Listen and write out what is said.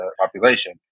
population